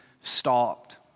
stopped